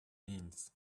means